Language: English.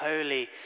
holy